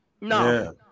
No